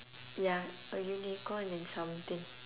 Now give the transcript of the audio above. ya a unicorn and something